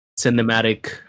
cinematic